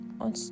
on